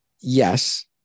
yes